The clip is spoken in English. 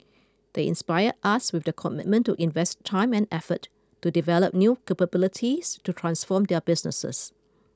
they inspire us with their commitment to invest time and effort to develop new capabilities to transform their businesses